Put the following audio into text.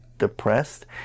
Depressed